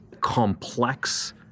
complex